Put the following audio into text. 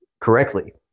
correctly